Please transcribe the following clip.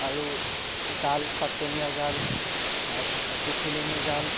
আৰু জাল চাতনীয়া জাল তাৰপাছত পুঠিলিঙী জাল